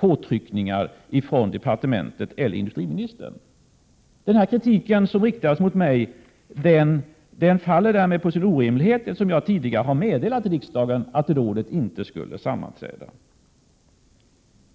påtryckningar från departementet eller industriministern. Den kritik som riktats mot mig faller på sin egen orimlighet, eftersom jag tidigare har meddelat riksdagen att rådet inte skall sammanträda.